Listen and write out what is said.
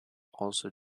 also